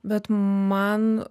bet man